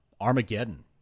Armageddon